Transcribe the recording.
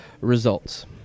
results